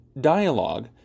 dialogue